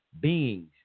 beings